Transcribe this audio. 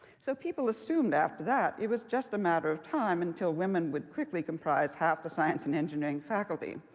so people assumed after that it was just a matter of time until women would quickly comprise half the science and engineering faculty,